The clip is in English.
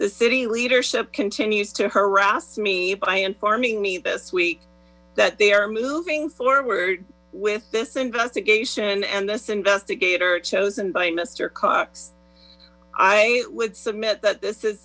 the city leadership continues to harass me by informing me this week that they are moving forward with this investigation and this investigator chosen by mister cox i would submit that this